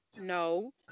no